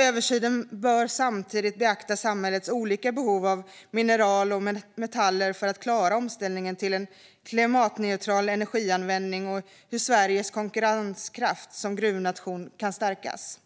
Översynen bör samtidigt beakta samhällets olika behov av mineral och metaller för att klara omställningen till en klimatneutral energianvändning och hur Sveriges konkurrenskraft som gruvnation kan stärkas.